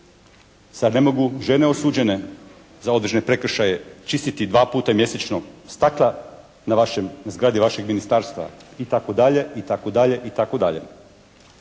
Zar ne mogu žene osuđene za određene prekršaje čistiti dva puta mjesečno stakla na zgradi vašeg ministarstva itd., itd., itd.